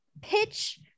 pitch